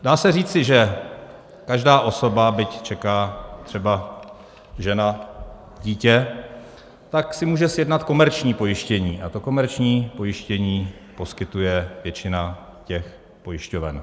Dá se říci, že každá osoba, byť čeká třeba žena dítě, tak si může sjednat komerční pojištění a to komerční pojištění poskytuje většina těch pojišťoven.